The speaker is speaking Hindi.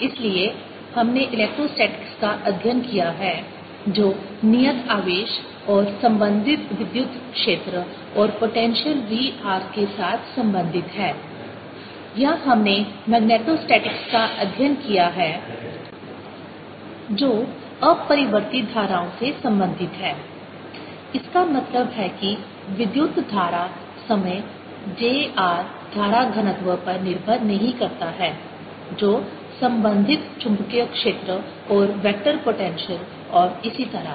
इसलिए हमने इलेक्ट्रोस्टैटिक्स का अध्ययन किया है जो नियत आवेश और संबंधित विद्युत क्षेत्र और पोटेंशियल v r के साथ संबंधित है या हमने मैग्नेटोस्टैटिक्स का अध्ययन किया है जो अपरिवर्ती धाराओं से संबंधित है इसका मतलब है कि विद्युत धारा समय j r धारा घनत्व पर निर्भर नहीं करता है जो संबंधित चुंबकीय क्षेत्र और वेक्टर पोटेंशियल और इसी तरह